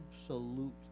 absolute